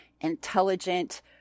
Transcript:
intelligent